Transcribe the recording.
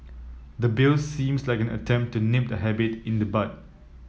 the Bill seems like an attempt to nip the habit in the bud